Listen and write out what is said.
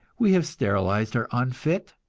we have sterilized our unfit,